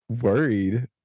worried